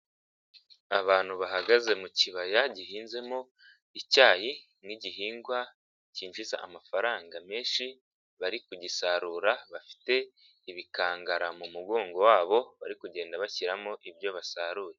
Abantu bahagaze mu kibaya gihinzemo icyayi nk'igihingwa cyinjiza amafaranga menshi bari kugisarura bafite ibikangara mu mugongo wabo bari kugenda bashyiramo ibyo basaruye.